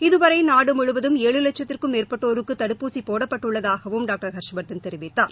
இதுவரை நாடு முழுவதும் ஏழு வட்சத்திற்கும் மேற்பட்டோருக்கு தடுப்பூசி போடப்பட்டுள்ளதாகவும் டர்கடர் ஹா்ஷ்வர்தன் தெரிவித்தார்